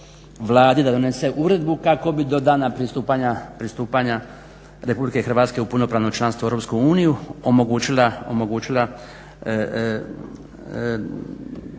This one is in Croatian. Vladi da donese uredbu kako bi do dana pristupanja RH u punopravno članstvo EU omogućila,